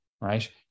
right